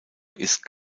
ist